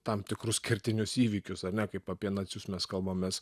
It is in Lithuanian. tam tikrus kertinius įvykius ar ne kaip apie nacius mes kalbamės